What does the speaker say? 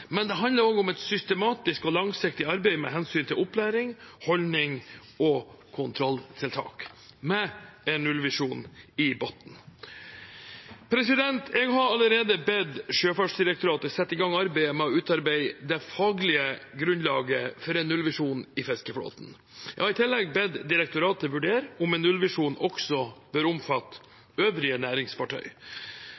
men det handler også om et systematisk og langsiktig arbeid med hensyn til opplæring, holdninger og kontrolltiltak – med nullvisjonen i bunnen. Jeg har allerede bedt Sjøfartsdirektoratet sette i gang arbeidet med å utarbeide det faglige grunnlaget for en nullvisjon i fiskeflåten. Jeg har i tillegg bedt direktoratet vurdere om en nullvisjon også bør omfatte